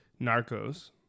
Narcos